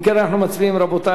אם כן, אנחנו מצביעים, רבותי.